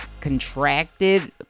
contracted